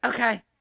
Okay